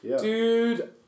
Dude